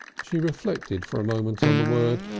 she reflected for a moment on the word.